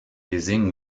désigne